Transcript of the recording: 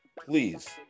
Please